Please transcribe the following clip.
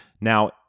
Now